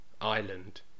island